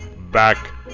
Back